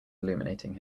illuminating